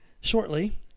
Shortly